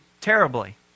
terribly